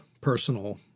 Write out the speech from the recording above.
personal